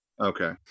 Okay